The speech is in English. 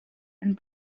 and